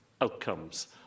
outcomes